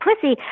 pussy